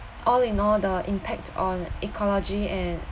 all in all the impact on ecology and